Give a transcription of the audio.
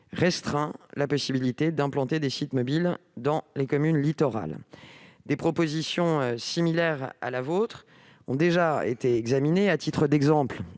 restreint la possibilité d'implanter des sites mobiles dans les communes littorales. Des propositions similaires à la vôtre ont déjà été examinées. À titre d'exemple,